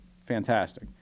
Fantastic